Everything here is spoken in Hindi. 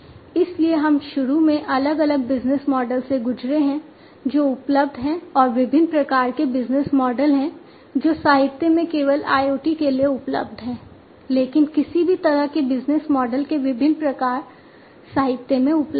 इसलिए हम शुरू में अलग अलग बिजनेस मॉडल से गुजरे हैं जो उपलब्ध हैं और विभिन्न प्रकार के बिजनेस मॉडल हैं जो साहित्य में केवल IoT के लिए उपलब्ध हैं लेकिन किसी भी तरह के बिजनेस मॉडल के विभिन्न प्रकार साहित्य में उपलब्ध हैं